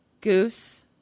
Goose